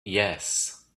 yes